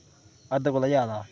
हद कोला जादा